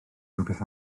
rhywbeth